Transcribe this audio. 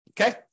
Okay